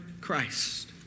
Christ